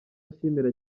ashimira